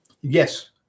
Yes